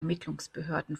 ermittlungsbehörden